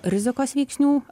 rizikos veiksnių